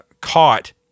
caught